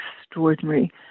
extraordinary